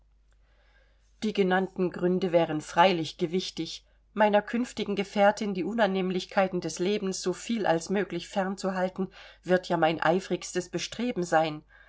die genannten gründe wären freilich gewichtig meiner künftigen gefährtin die unannehmlichkeiten des lebens so viel als möglich fernzuhalten wird ja mein eifrigstes bestreben sein